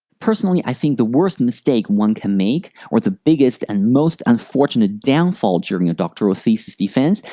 personally, i think the worst mistake one can make, or the biggest and most unfortunate downfall during a doctoral thesis defense,